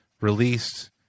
released